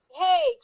hey